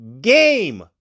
game